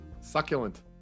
Succulent